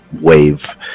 wave